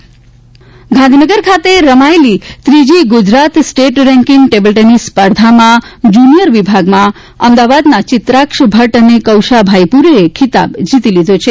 table tennis Gandhinagar ખાતે રમાયેલી ત્રીજી Gujarat state ranking table tennis સ્પર્ધામાં જુનીયર વિભાગમાં અમદાવાદના ચિત્રાક્ષ ભટૃ અને કૌશા ભાઈપુરે એ ખિતાબ જીતી લીધો છે